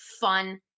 fun